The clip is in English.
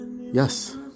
Yes